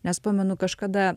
nes pamenu kažkada